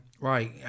Right